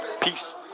Peace